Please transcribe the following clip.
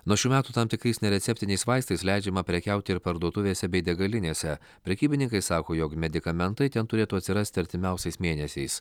nuo šių metų tam tikrais nereceptiniais vaistais leidžiama prekiauti ir parduotuvėse bei degalinėse prekybininkai sako jog medikamentai ten turėtų atsirasti artimiausiais mėnesiais